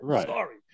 Sorry